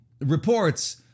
reports